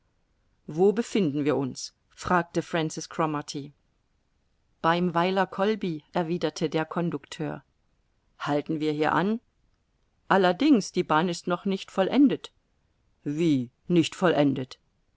wo befinden wir uns fragte sir francis cromarty beim weiler kholby erwiderte der conducteur halten wir hier an allerdings die bahn ist noch nicht vollendet wie nicht vollendet